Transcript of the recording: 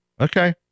Okay